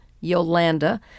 Yolanda